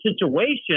situation